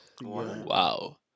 Wow